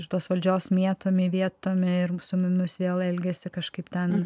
iš tos valdžios mėtomi vėtomi ir su mumis vėl elgiasi kažkaip ten